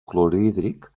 clorhídric